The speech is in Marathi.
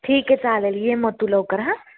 ठीक आहे चालेल ये मग तू लवकर हां